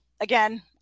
Again